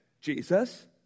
Jesus